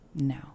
No